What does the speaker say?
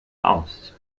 aus